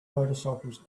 motorcycles